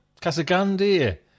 Casagrande